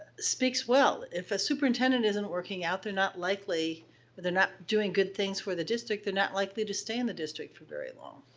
speaks well. if a superintendent isn't working out, they're not likely, or they're not doing good things for the district they're not likely to stay in the district for very long.